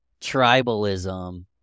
tribalism